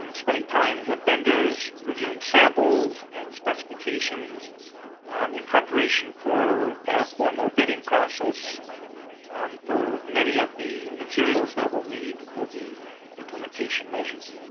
um spending time with vendors reviewing samples and specifications in preparation for and our formal bidding process for many of the materials that we'll need for the implementation measures.